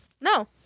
No